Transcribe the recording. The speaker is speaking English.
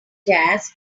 jazz